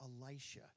Elisha